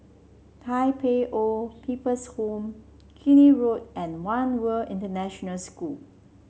Tai Pei Old People's Home Keene Road and One World International School